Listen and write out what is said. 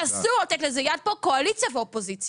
אסור לתת לזה יד פה, קואליציה ואופוזיציה.